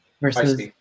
versus